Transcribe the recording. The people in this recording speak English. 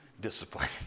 discipline